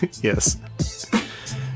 Yes